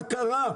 מה קרה?